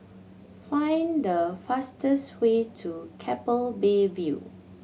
find the fastest way to Keppel Bay View